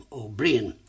O'Brien